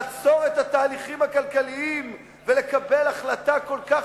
לעצור את התהליכים הכלכליים ולקבל החלטה כל כך